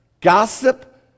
gossip